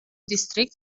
distrikt